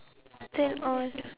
then all